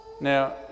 Now